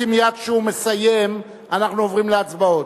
כי מייד כשהוא מסיים אנחנו עוברים להצבעות.